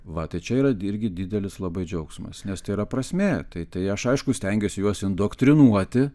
vat čia yra irgi didelis labai džiaugsmas nes tai yra prasmė tai tai aš aišku stengiuosi juos indoktrinuoti